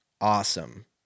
Awesome